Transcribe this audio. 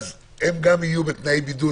גם הם יהיו בתנאי בידוד,